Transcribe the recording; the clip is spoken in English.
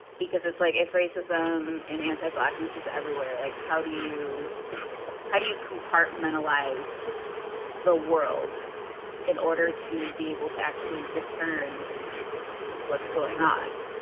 because it's like if racism and anti blackness is everywhere, like, how do you how do you compartmentalize the world in order to be able to actually discern what's going on?